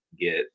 get